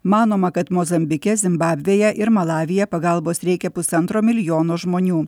manoma kad mozambike zimbabvėje ir malavyje pagalbos reikia pusantro milijono žmonių